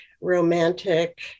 romantic